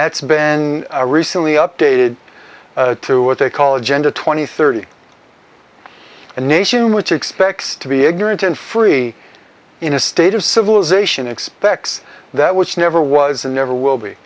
that's been recently updated to what they call agenda twenty thirty a nation which expects to be ignorant and free in a state of civilization expects that which never was and never will be